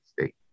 State